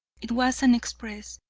it was an express,